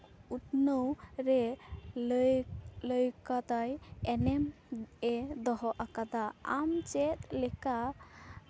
ᱩᱛᱱᱟᱹᱣ ᱨᱮ ᱞᱟᱹᱭ ᱞᱟᱹᱭ ᱠᱟᱫᱟᱭ ᱮᱱᱮᱢᱮ ᱫᱚᱦᱚ ᱟᱠᱟᱫᱟ ᱟᱢ ᱪᱮᱫ ᱞᱮᱠᱟ